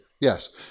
yes